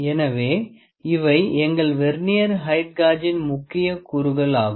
எனவே இவை எங்கள் வெர்னியர் ஹெயிட் காஜின் முக்கிய கூறுகள் ஆகும்